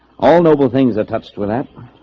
all noble things are touched with apple